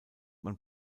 man